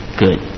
good